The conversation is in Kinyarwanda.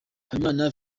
habimana